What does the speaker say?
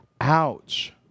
Ouch